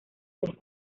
tres